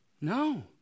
No